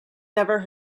never